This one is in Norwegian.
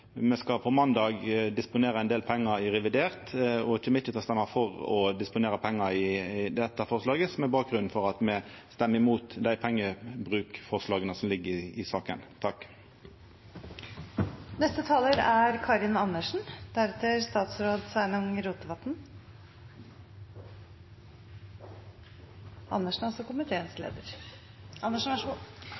Me skal på måndag disponera ein del pengar i revidert nasjonalbudsjett og kjem ikkje til å røysta for å disponera pengar i dette forslaget. Det er bakgrunnen for at me røyster imot dei pengebruksforslaga som ligg i saka. Grunnen til at vi har fremmet dette forslaget, er